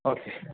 okay